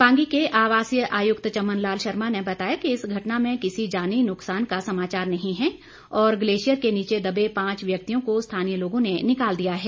पांगी के आवासीय आयुक्त चमन लाल शर्मा ने बताया कि इस घटना में किसी जानी नुकसान का समाचार नहीं है और ग्लेशियर के नीचे दबे पांच व्यक्तियों को स्थानीय लोगों ने निकाल दिया है